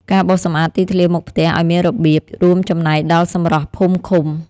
ការបោសសម្អាតទីធ្លាមុខផ្ទះឱ្យមានរបៀប រួមចំណែកដល់សម្រស់ភូមិឃុំ។